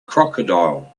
crocodile